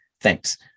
Thanks